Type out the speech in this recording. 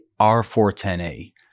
R410A